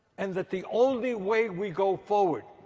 and that the only way we go forward